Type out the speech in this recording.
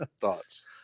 Thoughts